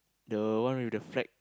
the one with the flag